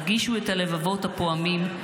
הרגישו את הלבבות הפועמים,